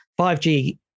5G